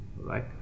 Right